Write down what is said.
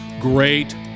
Great